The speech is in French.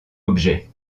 objet